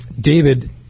David